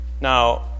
Now